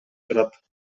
турат